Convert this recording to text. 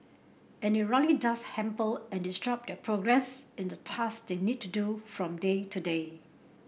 and it really does hamper and disrupt their progress in the task they need to do from day to day